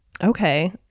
Okay